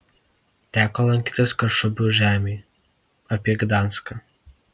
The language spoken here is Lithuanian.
teko lankytis kašubių žemėj apie gdanską